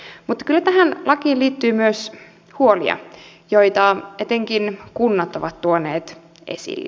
mutta kyllä tähän lakiin liittyy myös huolia joita etenkin kunnat ovat tuoneet esille